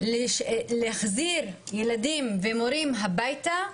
להחזיר ילדים ומורים הביתה,